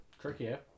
Trickier